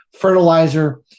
fertilizer